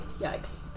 Yikes